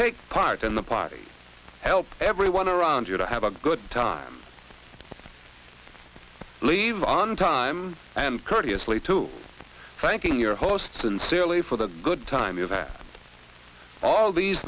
take part in the party help everyone around you to have a good time leave on time and courteously to thanking your host sincerely for the good time you have all these